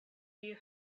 you